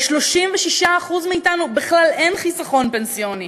ל-36% מאתנו בכלל אין חיסכון פנסיוני,